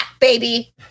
baby